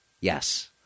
Yes